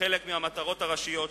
כחלק מהמטרות הראשיות שלו.